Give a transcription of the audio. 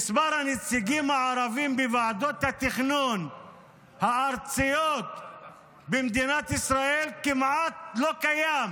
מספר הנציגים הערבים בוועדות התכנון הארציות במדינת ישראל כמעט לא קיים,